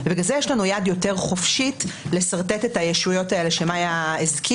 ובגלל זה יש לנו יד יותר חופשית לשרטט את הישויות האלה שמאיה הזכירה.